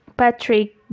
Patrick